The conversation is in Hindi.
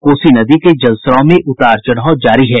कोसी नदी के जलस्त्राव में उतार चढ़ाव जारी है